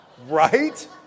Right